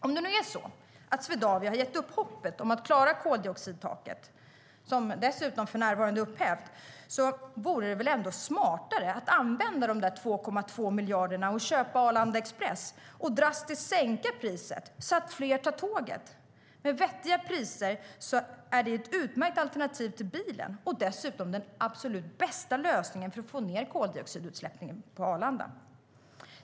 Om Swedavia har gett upp hoppet om att klara koldioxidtaket, som för närvarande är upphävt, vore det väl ändå smartare att använda de 2,2 miljarderna och köpa Arlanda Express och drastiskt sänka priset så att fler tar tåget. Med vettiga priser är tåget ett utmärkt alternativ till bilen och dessutom den absolut bästa lösningen för att sänka koldioxidutsläppen på Arlanda.